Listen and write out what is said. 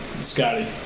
Scotty